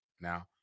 Now